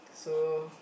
so